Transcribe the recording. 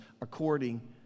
according